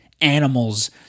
animals